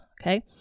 Okay